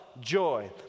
joy